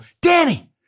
Danny